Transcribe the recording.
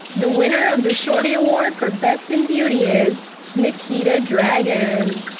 the winner of the shorty awards for best in beauty is nick eater dragon.